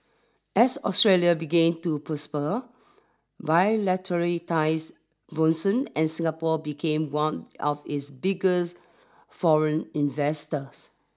as Australia began to prosper bilateral ties blossomed and Singapore became one of its biggest foreign investors